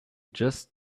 just